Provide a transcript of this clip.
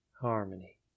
Harmony